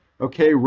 Okay